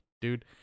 dude